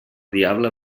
diable